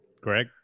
greg